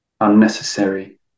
unnecessary